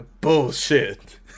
Bullshit